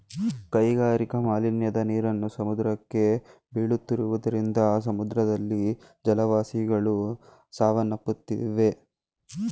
ಕೈಗಾರಿಕಾ ಮಾಲಿನ್ಯದ ನೀರನ್ನು ಸಮುದ್ರಕ್ಕೆ ಬೀಳುತ್ತಿರುವುದರಿಂದ ಸಮುದ್ರದಲ್ಲಿನ ಜಲವಾಸಿಗಳು ಸಾವನ್ನಪ್ಪುತ್ತಿವೆ